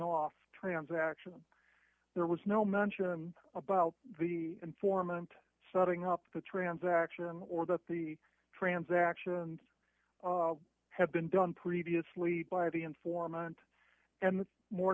off transaction there was no mention about the informant setting up the transaction or that the transaction had been done previously by the informant and